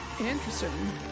Interesting